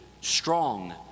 strong